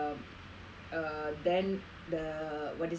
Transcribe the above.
uh then the uh what is that